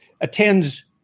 attends